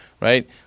right